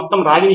professor సరే